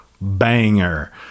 banger